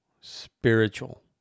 spiritual